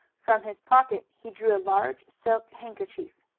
from his pocket he drew a large silk handkerchief.